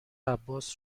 عباس